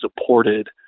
supported